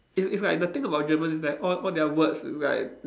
it's it's like the thing about German is that all all their words is like